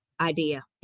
idea